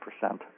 percent